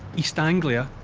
east anglia,